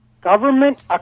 Government